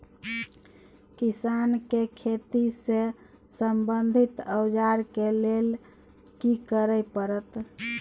किसान के खेती से संबंधित औजार के लेल की करय परत?